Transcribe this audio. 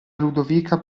ludovica